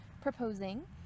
proposing